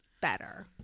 better